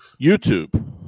youtube